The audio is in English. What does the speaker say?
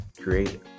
create